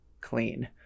clean